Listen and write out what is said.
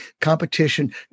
competition